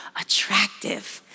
attractive